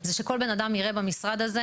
היא שכל בן אדם יראה במשרד הזה,